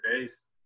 face